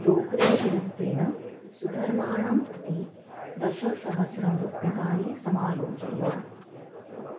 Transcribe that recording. brokerage रूपेण सुधर्माणं प्रति दशसहस्ररूप्यकाणि समायोजय